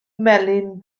melyn